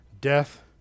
death